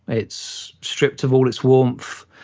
it's stripped of all its warmth.